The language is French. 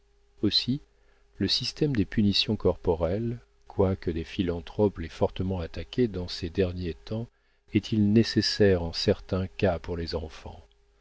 aussi le système des punitions corporelles quoique des philanthropes l'aient fortement attaqué dans ces derniers temps est-il nécessaire en certains cas pour les enfants